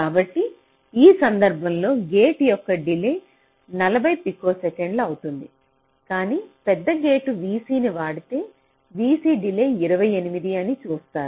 కాబట్టి ఈ సందర్భంలో గేట్ యొక్క డిలే 40 పికోసెకన్లు అవుతుంది కానీ పెద్ద గేట్ vC ని వాడితే vC డిలే 28 అని చూస్తారు